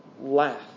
laugh